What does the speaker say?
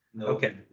Okay